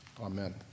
Amen